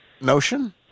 notion